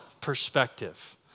perspective